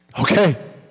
Okay